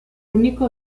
único